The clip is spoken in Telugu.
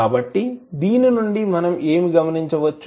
కాబట్టి దీని నుండి మనం ఏమి గమనించవచ్చు